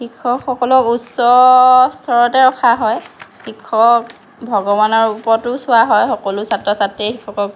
শিক্ষকসকলক উচ্চ স্তৰতে ৰখা হয় শিক্ষকক ভগৱানাৰ ৰূপতো চোৱা হয় সকলো ছাত্ৰ ছাত্ৰীয়ে শিক্ষকক